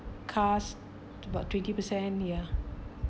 cost about twenty percent ya